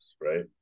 right